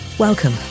Welcome